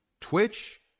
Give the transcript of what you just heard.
Twitch